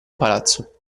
palazzo